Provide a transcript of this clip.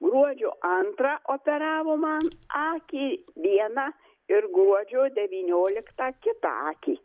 gruodžio antrą operavo man akį vieną ir gruodžio devynioliktą kitą akį